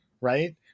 right